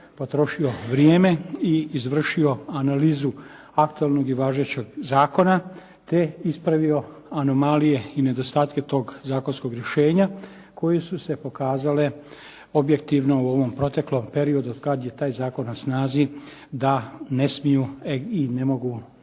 potrošio vrijeme i izvršio analizu aktualnog i važećeg zakona te ispravio anomalije i nedostatke tog zakonskog rješenja koji su se pokazale objektivno u ovom proteklom periodu od kad je taj zakon na snazi da ne smiju i ne mogu